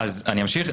אמשיך.